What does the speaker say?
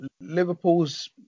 liverpool's